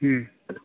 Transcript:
ᱦᱩᱸ